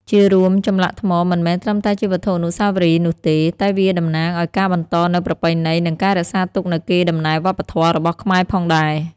ជារួមចម្លាក់ថ្មមិនមែនត្រឹមតែជាវត្ថុអនុស្សាវរីយ៍នោះទេ តែវាតំណាងឱ្យការបន្តនូវប្រពៃណី និងការរក្សាទុកនូវកេរ្តិ៍ដំណែលវប្បធម៌ របស់ខ្មែរផងដែរ។